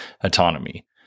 autonomy